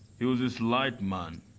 he was a slight man,